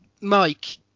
Mike